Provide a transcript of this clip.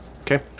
Okay